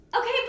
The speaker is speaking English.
Okay